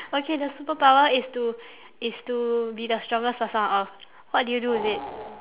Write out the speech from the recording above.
okay the superpower is to is to be the strongest person on earth what do you do with it